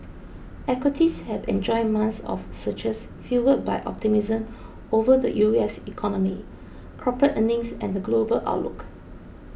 equities have enjoyed months of surges fuelled by optimism over the U S economy corporate earnings and the global outlook